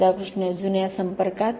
राधाकृष्ण जुन्या संपर्कात